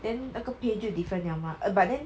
then 那个 pay 就 different liao mah err but then